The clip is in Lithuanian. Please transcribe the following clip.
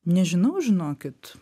nežinau žinokit